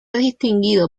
distinguido